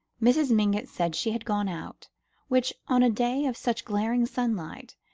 mrs. mingott said she had gone out which, on a day of such glaring sunlight,